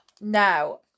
Now